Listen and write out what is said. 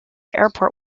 airport